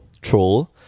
Troll